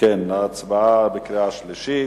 לקריאה שלישית?